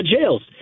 jails